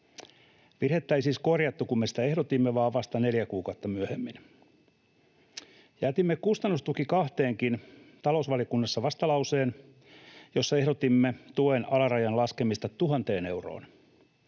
Virhettä ei siis korjattu, kun me sitä ehdotimme, vaan vasta neljä kuukautta myöhemmin. Jätimme kustannustuki 2:eenkin talousvaliokunnassa vastalauseen, jossa ehdotimme tuen alarajan laskemista tuhanteen euroon.